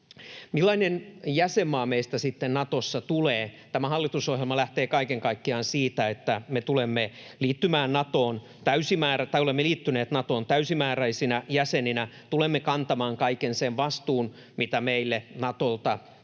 Millainen jäsenmaa meistä sitten Natossa tulee? Tämä hallitusohjelma lähtee kaiken kaikkiaan siitä, että me olemme liittyneet Natoon täysimääräisinä jäseninä, tulemme kantamaan kaiken sen vastuun, mitä meille Natolta tulee